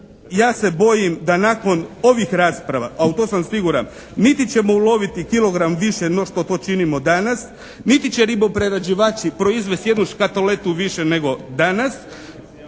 ja se bojim da nakon ovih rasprava, a u to sam siguran, niti ćemo uloviti kilogram više no što to činimo danas, niti će riboprerađivači proizvesti jednu škatoletu više nego danas,